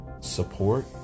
support